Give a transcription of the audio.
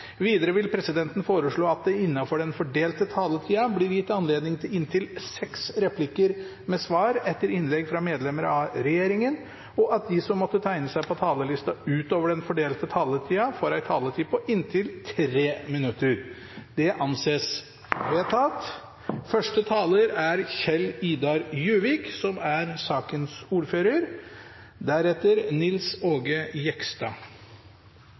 replikker med svar etter innlegg fra medlemmer fra regjeringen, og at de som måtte tegne seg på talerlisten utover den fordelte taletid, får en taletid på inntil 3 minutter. – Det anses vedtatt.